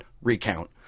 recount